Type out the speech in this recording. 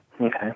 Okay